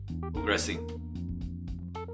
progressing